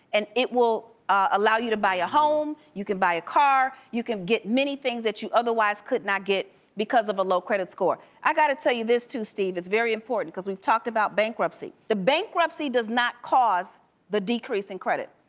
and it will allow you to buy a home, you can buy a car, you can get many things that you otherwise could not get because of a low credit score. i gotta tell you this too steve, it's very important because we've talked about bankruptcy. the bankruptcy does not cause the decrease in credit,